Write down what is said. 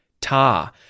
Ta